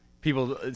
People